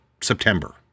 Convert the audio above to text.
September